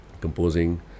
composing